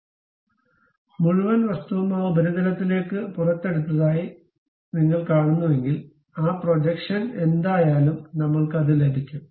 അതിനാൽ മുഴുവൻ വസ്തുവും ആ ഉപരിതലത്തിലേക്ക് പുറത്തെടുത്തതായി നിങ്ങൾ കാണുന്നുവെങ്കിൽ ആ പ്രൊജക്ഷൻ എന്തായാലും നമ്മൾക്ക് അത് ലഭിക്കും